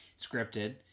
Scripted